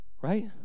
Right